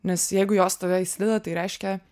nes jeigu jos tave įsideda tai reiškia